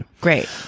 great